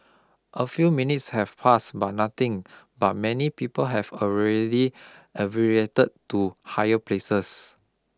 a few minutes have passed but nothing but many people have already evacuated to higher places